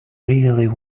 really